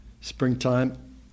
springtime